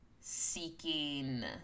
seeking